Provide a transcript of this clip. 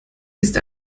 ist